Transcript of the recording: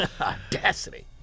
Audacity